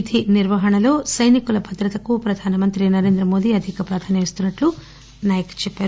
విధి నిర్వహణలో సైనికుల భద్రతకు ప్రధానమంత్రి నరేంద్రమోదీ అధిక ప్రాధాన్యం ఇస్తున్నట్లు నాయక్ చెప్పారు